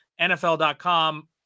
NFL.com